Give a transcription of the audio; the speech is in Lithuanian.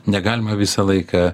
negalima visą laiką